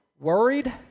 worried